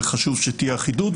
וחשוב שתהיה אחידות,